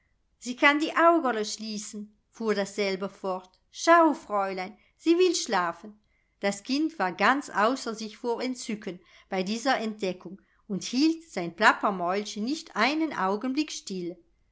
sie kann die augerl schließen fuhr dasselbe fort schau fräulein sie will schlafen das kind war ganz außer sich vor entzücken bei dieser entdeckung und hielt sein plappermäulchen nicht einen augenblick still